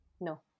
no